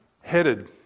headed